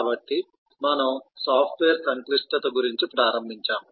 కాబట్టి మనం సాఫ్ట్వేర్ సంక్లిష్టత గురించి ప్రారంభించాము